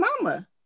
mama